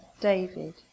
David